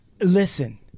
Listen